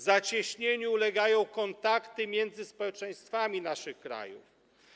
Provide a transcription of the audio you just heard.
Zacieśnieniu ulegają kontakty między społeczeństwami naszych krajów.